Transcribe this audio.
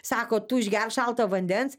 sako tu išgerk šalto vandens